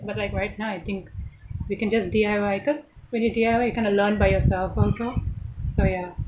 but like right now I think we can just D_I_Y because when you D_I_Y you kind of learn by yourself also so ya